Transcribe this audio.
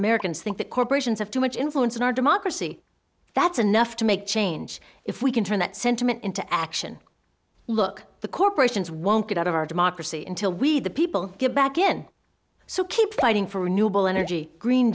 americans think that corporations have too much influence in our democracy that's enough to make change if we can turn that sentiment into action look the corporations won't get out of our democracy intil we the people get back in so keep fighting for renewable energy green